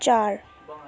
चार